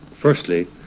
firstly